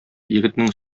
егетнең